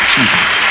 Jesus